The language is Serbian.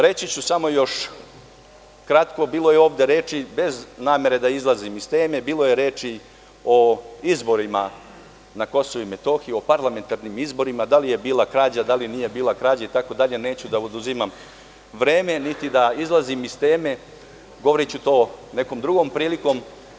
Reći ću samo još kratko, bilo je ovde reči, bez namere da izlazim iz teme, bilo je reči o izborima na KiM, o parlamentarnim izborima, da li je bila krađa, da li nije bila krađa itd, neću da oduzimam vreme, niti da izlazim iz teme, govoriću to nekom drugom prilikom.